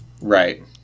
Right